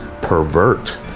pervert